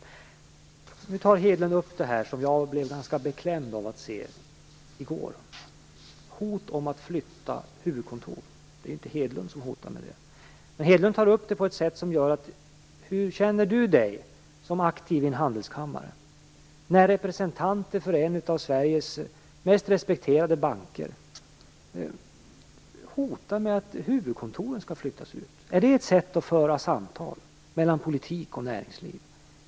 Hedlund tog nu upp något som jag blev ganska beklämd av att se i går - hot om att flytta huvudkontor. Det är inte Hedlund som hotar med det, men Hedlund tog upp det. Hur känner sig Hedlund som aktiv i en handelskammare när representanter för en av Sveriges mest respekterade banker hotar med att huvudkontoret skall flyttas ut? Är det ett sätt att föra samtal mellan politik och näringsliv?